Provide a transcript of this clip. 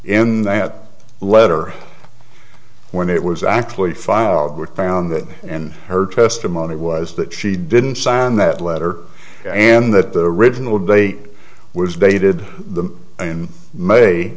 in that letter when it was actually filed with brown that in her testimony was that she didn't sign that letter and that the original date was dated the in may